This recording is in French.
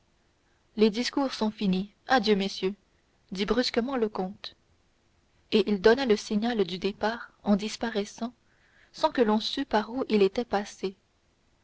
les discours sont finis adieu messieurs dit brusquement le comte et il donna le signal du départ en disparaissant sans que l'on sût par où il était passé